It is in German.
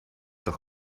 doch